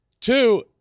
Two